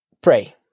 pray